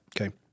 Okay